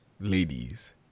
ladies